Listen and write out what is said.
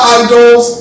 idols